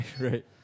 Right